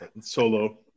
solo